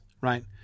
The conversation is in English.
right